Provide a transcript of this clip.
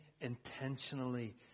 intentionally